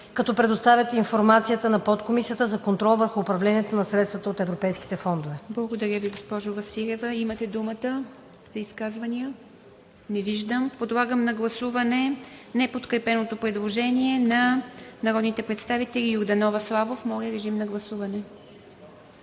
като предоставят информацията на Подкомисията за контрол върху управлението на средствата от европейските фондове.“ ПРЕДСЕДАТЕЛ ИВА МИТЕВА: Благодаря Ви, госпожо Василева. Имате думата за изказвания. Не виждам. Подлагам на гласуване неподкрепеното предложение на народните представители Йорданова и Славов. Гласували